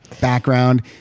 background